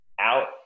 out